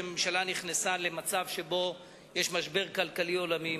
שהממשלה נכנסה למצב שבו יש משבר כלכלי עולמי,